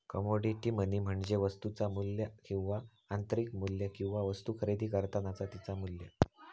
commodity money म्हणजे वस्तुचा मू्ल्य किंवा आंतरिक मू्ल्य किंवा वस्तु खरेदी करतानाचा तिचा मू्ल्य